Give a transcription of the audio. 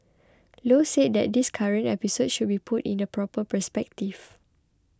low said that this current episode should be put in the proper perspective